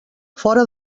fora